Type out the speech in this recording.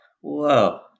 Whoa